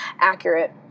Accurate